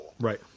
Right